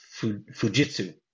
Fujitsu